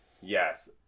Yes